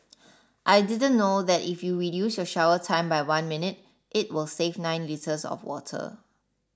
I didn't know that if you reduce your shower time by one minute it will save nine litres of water